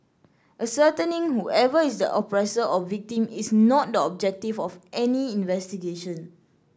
ascertaining whoever is the oppressor or victim is not the objective of any investigation